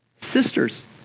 Sisters